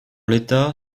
l’état